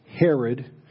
Herod